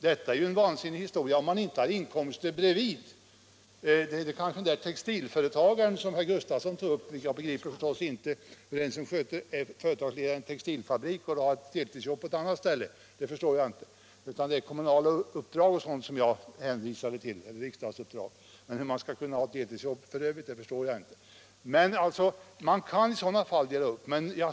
Det är ju tokigt att göra så förstås om man inte har inkomster bredvid. Det kanske den textilföretagare har som herr Gustavsson nämnde. Jag begriper förstås inte hur en företagsledare för en textilfabrik kan sköta ett annat jobb på något annat ställe. Det som jag tänkte på var kommunala uppdrag eller riksdagsuppdrag eller liknande. Hur man i övriga fall skall kunna ha ett heltidsjobb vid sidan om förstår jag inte. Man kan alltså i sådana fall dela upp inkomsten.